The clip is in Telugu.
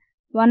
78 8